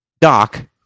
Doc